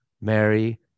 Mary